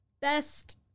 best